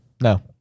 No